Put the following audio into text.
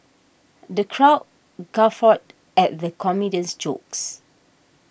the crowd guffawed at the comedian's jokes